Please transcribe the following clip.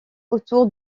autour